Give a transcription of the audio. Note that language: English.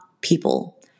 people